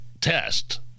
test